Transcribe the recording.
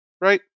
right